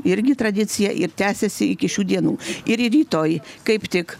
irgi tradicija ir tęsiasi iki šių dienų ir rytoj kaip tik